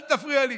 אל תפריע לי.